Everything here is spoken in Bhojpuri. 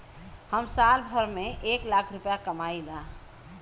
हम साल भर में एक लाख रूपया कमाई ला